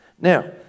Now